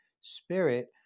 spirit